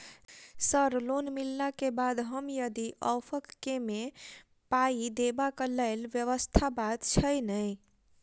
Sir loan मिलला केँ बाद हम यदि ऑफक केँ मे पाई देबाक लैल व्यवस्था बात छैय नै?